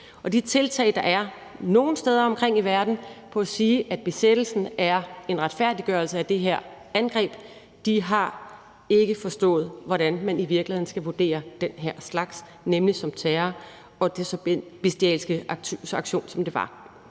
Og den tilgang, der er nogle steder omkring i verden, hvor man siger, at besættelsen er en retfærdiggørelse af det her angreb, har ikke forstået, hvordan man i virkeligheden skal vurdere den slags, nemlig som terror og som den bestialske aktion, det var.